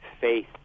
faith